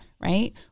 Right